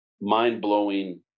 mind-blowing